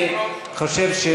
אני חושב,